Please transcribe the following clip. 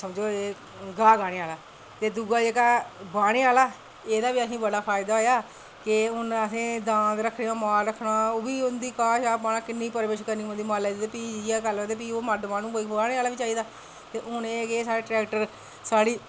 समझो एह् गाह् गाह्ने आह्ला ते दूआ जेह्का बाह्ने आह्ला ते एह्दा बी असेंगी बड़ा फायदा होआ केह् हून असें दांद रक्खे दे माल रक्खे दा ओह्बी उंदी घाऽ पाना ते बड़ी करनी पौंदी माला दी ते एह् मर्द माह्नू कोई बाह्नै आह्ला बी चाहिदा ते हून एह् के ट्रैक्टर साढ़ी